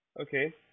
Okay